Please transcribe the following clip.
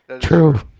true